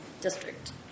District